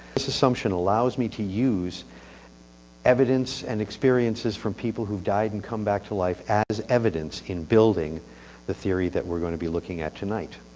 this assumption allows me to use evidence and experiences from people who died and came back to life as evidence in building the theory that we're going to be looking at tonight